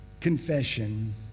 confession